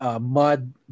mud